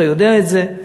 אתה יודע את זה,